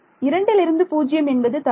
2 ல் இருந்து பூஜ்ஜியம் என்பது தவறு